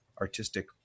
artistic